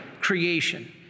creation